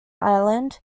island